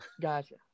Gotcha